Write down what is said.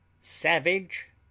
Savage